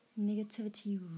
negativity